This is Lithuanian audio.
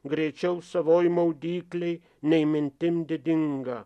greičiau savoj maudyklėj nei mintim didinga